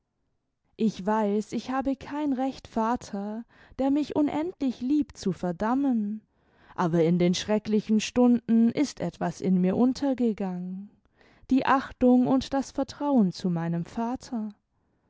ich weiß ich habe kein recht vater der mich unendlich liebt zu verdammen aber in den schrecklichen stunden ist etwas in mir untergegangen die achtung imd das vertrauen zu meinem vater